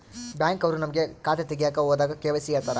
Bank ಅವ್ರು ನಮ್ಗೆ ಖಾತೆ ತಗಿಯಕ್ ಹೋದಾಗ ಕೆ.ವೈ.ಸಿ ಕೇಳ್ತಾರಾ?